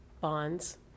bonds